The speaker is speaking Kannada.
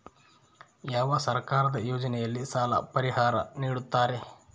ಯಾವ ಸರ್ಕಾರದ ಯೋಜನೆಯಲ್ಲಿ ಸಾಲ ಪರಿಹಾರ ನೇಡುತ್ತಾರೆ?